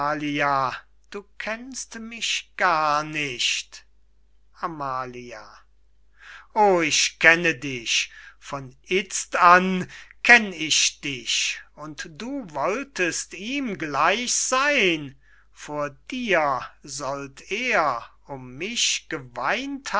du kennst mich gar nicht amalia o ich kenne dich von itzt an kenn ich dich und du wolltest ihm gleich seyn vor dir sollt er um mich geweint